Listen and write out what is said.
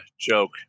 joke